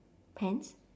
pants